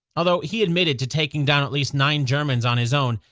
although he admitted to taking down at least nine germans on his own,